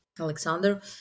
Alexander